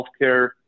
healthcare